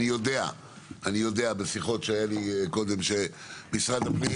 אני יודע בשיחות שהיו לי קודם ששר הפנים